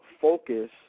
focus